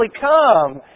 come